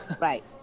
Right